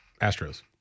Astros